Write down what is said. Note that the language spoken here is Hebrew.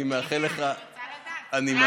אני מאחל לך, רגע, אני רוצה לדעת.